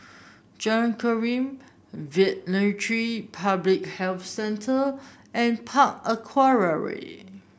Jalan Derum Veterinary Public Health Centre and Park Aquaria